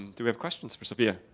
do we have questions for sophia?